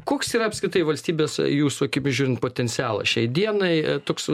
koks yra apskritai valstybės jūsų akimis žiūrint potencialas šiai dienai toks